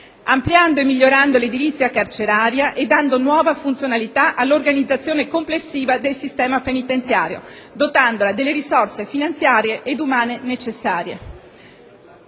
ampliando e migliorando l'edilizia carceraria e dando nuova funzionalità all'organizzazione complessiva del sistema penitenziario, dotandola delle risorse finanziarie ed umane necessarie».